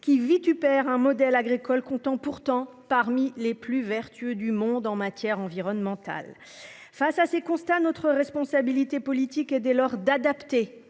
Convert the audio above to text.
qui vitupère un modèle agricole comptant pourtant parmi les plus vertueux du monde en matière environnementale. Face à ces constats. Notre responsabilité politique et dès lors d'adapter